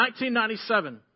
1997